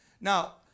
now